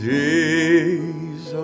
days